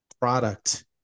product